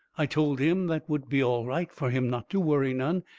i told him that would be all right, fur him not to worry none.